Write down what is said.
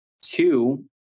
Two